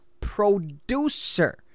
producer